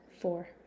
four